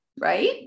Right